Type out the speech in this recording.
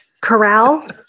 corral